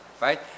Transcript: Right